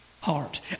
heart